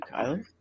Kyler